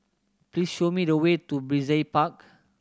please show me the way to Brizay Park